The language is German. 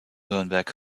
nürnberg